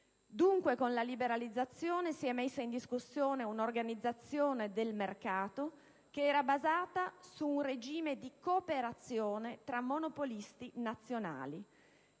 Con la liberalizzazione si è messa in discussione un'organizzazione del mercato che era basata su un regime di cooperazione tra monopolisti nazionali;